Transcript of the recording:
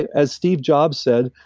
as steve jobs said,